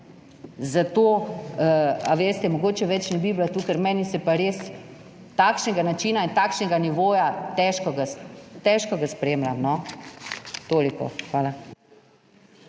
Zato, a veste, mogoče več ne bi bila tu, ker meni se pa res takšnega načina in takšnega nivoja težko, težko ga spremljam. Toliko. Hvala.